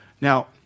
Now